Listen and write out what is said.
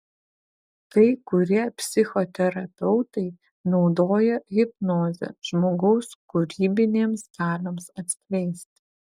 kai kurie psichoterapeutai naudoja hipnozę žmogaus kūrybinėms galioms atskleisti